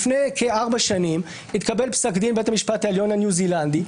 לפני כארבע שנים התקבל פסק דין בבית המשפט העליון הניו-זילנדי,